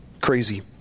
Crazy